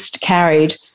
carried